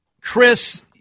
Chris